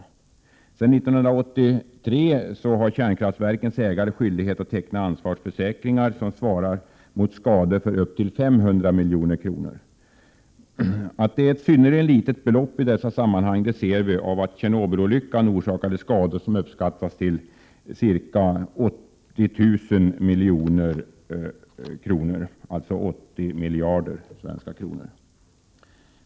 Sedan 1983 har kärnkraftverkens ägare skyldighet att teckna ansvarsförsäkring som svarar mot skador för upp till 500 milj.kr. Att detta är ett synnerligen litet belopp i dessa sammanhang ser vi av att Tjernobylolyckan orsakade skador som uppskattas till ca 80 000 miljoner svenska kronor.